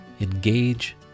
Engage